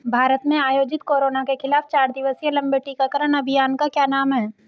भारत में आयोजित कोरोना के खिलाफ चार दिवसीय लंबे टीकाकरण अभियान का क्या नाम है?